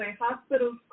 hospital's